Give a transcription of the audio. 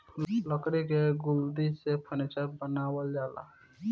लकड़ी के लुगदी से फर्नीचर बनावल जाला